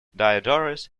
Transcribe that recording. diodorus